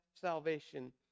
salvation